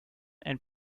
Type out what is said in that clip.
and